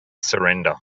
surrender